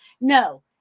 No